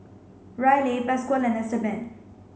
Ryleigh Pasquale and Esteban